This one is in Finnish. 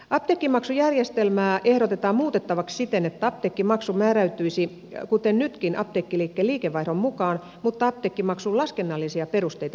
apteekkimaksujärjestelmää ehdotetaan muutettavaksi siten että apteekkimaksu määräytyisi kuten nytkin apteekkiliikkeen liikevaihdon mukaan mutta apteekkimaksun laskennallisia perusteita muutettaisiin